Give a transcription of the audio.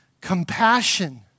compassion